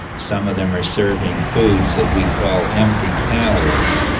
some of them are serving foods that we call empty calories.